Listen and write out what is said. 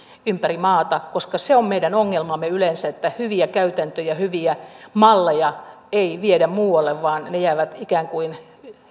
ympäri maata koska se on meidän ongelmamme yleensä että hyviä käytäntöjä hyviä malleja ei viedä muualle vaan ne jäävät ikään kuin